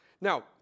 Now